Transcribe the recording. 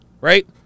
Right